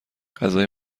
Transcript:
غذای